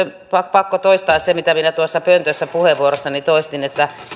pakko toistaa se mitä minä tuossa pöntössä puheenvuorossani toistin että